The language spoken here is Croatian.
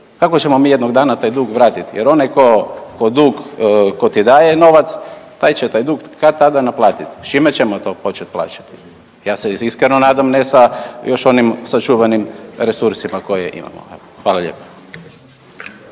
kako ćemo mi jednog dana taj dug vratit jer onaj ko, ko dug, ko ti daje novac taj će taj dug kad tada naplatit, s čime ćemo to počet plaćati. Ja se iskreno nadam ne sa još onim sa čuvenim resursima koje imamo. Hvala lijepo.